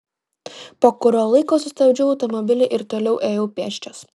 po kurio laiko sustabdžiau automobilį ir toliau ėjau pėsčias